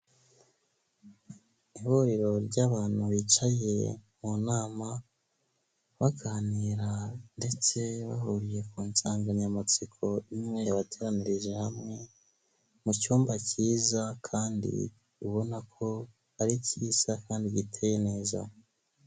Ihuriro ry'abantu bicaye mu nama, baganira ndetse bahuriye ku nsanganyamatsiko imwe yabateranirije hamwe, mu cyumba cyiza kandi ubona ko ari cyiza kandi giteye neza.